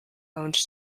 owned